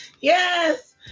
Yes